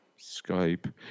Skype